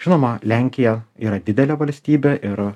žinoma lenkija yra didelė valstybė ir